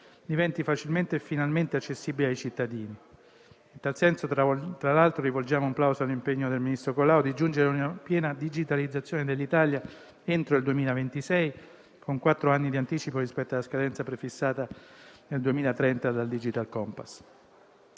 diventi facilmente e finalmente accessibile ai cittadini. In tal senso, tra l'altro, rivolgiamo un plauso all'impegno del ministro Colao di giungere a una piena digitalizzazione dell'Italia entro il 2026, con quattro anni di anticipo rispetto alla scadenza prefissata nel 2030 dal Digital compass.